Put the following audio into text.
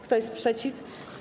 Kto jest przeciw?